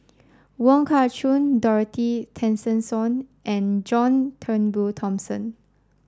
Wong Kah Chun Dorothy Tessensohn and John Turnbull Thomson